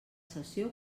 sessió